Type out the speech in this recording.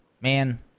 Man